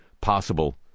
possible